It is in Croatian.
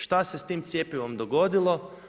Šta se s tim cjepivom dogodilo?